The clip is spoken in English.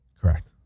Correct